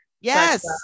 yes